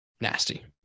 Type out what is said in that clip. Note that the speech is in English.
Nasty